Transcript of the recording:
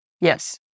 Yes